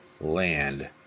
Land